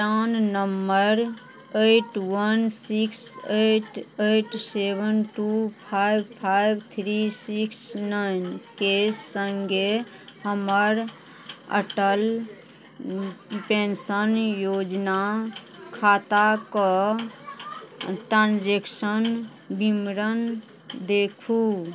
प्राण number eight one six eight eight seven two five five three six नाइनके सङ्गे हमर Atal pension Yojana खाताके transaction विवरण देखू